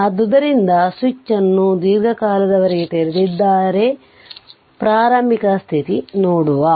ಆದ್ದರಿಂದ ಸ್ವಿಚ್ ಅನ್ನು ದೀರ್ಘಕಾಲದವರೆಗೆ ತೆರೆದಿದ್ದರೆ ಪ್ರಾರಂಭಿಕ ಸ್ಥಿತಿ ನೋಡವ